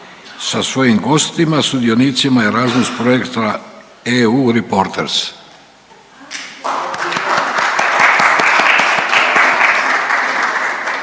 sa svojim gostima sudionicima Erasmus projekta EU Reporter.